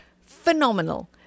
phenomenal